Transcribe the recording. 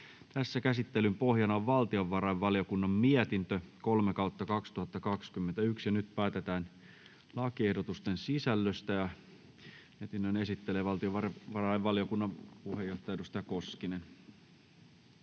asia. Käsittelyn pohjana on valtiovarainvaliokunnan mietintö VaVM 3/2021 vp. Nyt päätetään lakiehdotusten sisällöstä. — Mietinnön esittelee valtiovarainvaliokunnan puheenjohtaja,